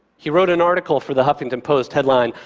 he wrote an article for the huffington post headlined,